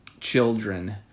children